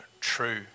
true